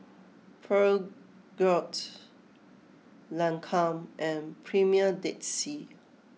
Peugeot Lancome and Premier Dead Sea